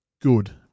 good